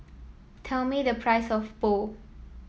tell me the price of Pho